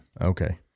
Okay